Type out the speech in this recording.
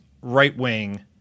right-wing